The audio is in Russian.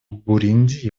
бурунди